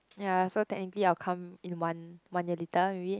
ya so technically I will come in one one year later maybe